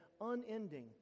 unending